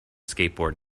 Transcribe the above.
skateboard